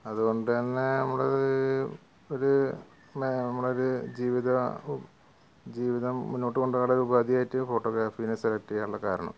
അതുകൊണ്ട് തന്നെ നമ്മൾ ഒരു മേ നമ്മളൊരു ജീവിതാ ജീവിതം മുന്നോട്ടു കൊണ്ടുപോകാനുള്ളൊരു ഉപാധിയായിട്ട് ഫോട്ടോഗ്രാഫീനെ സെലക്റ്റ് ചെയ്യാനുള്ള കാരണം